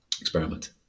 experiment